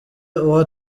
uwo